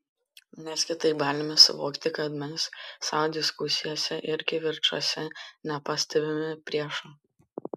nes kitaip galime suvokti kad mes savo diskusijose ir kivirčuose nepastebime priešo